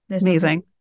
Amazing